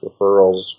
referrals